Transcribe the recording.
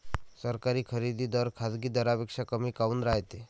सरकारी खरेदी दर खाजगी दरापेक्षा कमी काऊन रायते?